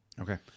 Okay